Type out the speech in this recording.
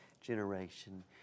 generation